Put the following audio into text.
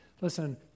Listen